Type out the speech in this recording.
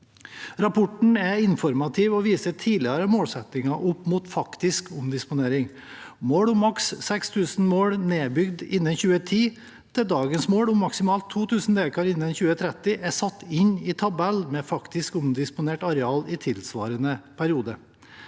2024 er informativ og viser tidligere målsettinger satt opp mot faktisk omdisponering. Målet om maks 6 000 mål nedbygd innen 2010 til dagens mål om maksimalt 2 000 dekar innen 2030 er satt inn i tabell med faktisk omdisponert areal i tilsvarende periode.